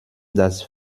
das